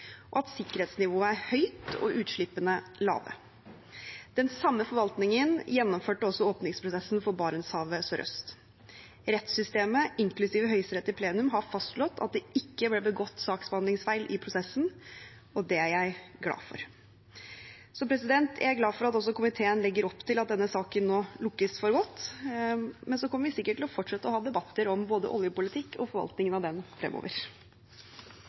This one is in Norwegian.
og at sikkerhetsnivået er høyt og utslippene lave. Den samme forvaltningen gjennomførte også åpningsprosessen for Barentshavet sørøst. Rettssystemet, inklusiv Høyesterett i plenum, har fastslått at det ikke ble begått saksbehandlingsfeil i prosessen, og det er jeg glad for. Jeg er glad for at komiteen legger opp til at denne saken nå lukkes for godt, men så kommer vi sikkert til å fortsette å ha debatter om både oljepolitikk og forvaltningen av den fremover.